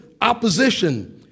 opposition